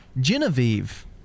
Genevieve